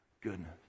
goodness